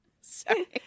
Sorry